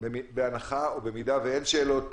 בהנחה או במידה ואין שאלות